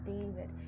David